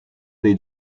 dei